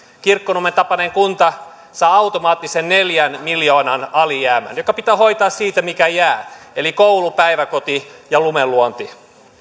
kirkkonummen tapainen kunta saa automaattisen neljän miljoonan alijäämän joka pitää hoitaa siitä mikä jää eli koulusta päiväkodista ja lumenluonnista